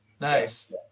nice